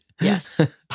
Yes